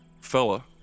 fella